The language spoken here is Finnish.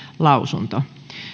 lausunto